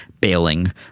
bailing